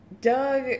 Doug